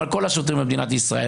על כל השוטרים במדינת ישראל.